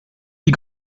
wie